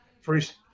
first